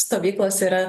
stovyklos yra